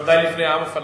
בוודאי לפני העם הפלסטיני.